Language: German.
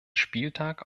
spieltag